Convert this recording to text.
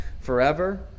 forever